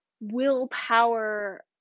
willpower